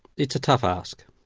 it's a tough ask.